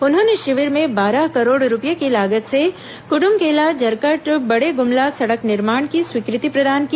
उन्होंने शिविर में बारह करोड़ रूपये की लागत से क्ड्मकेला जरकट बड़ेग्मला सड़क निर्माण की स्वीकृति प्रदान की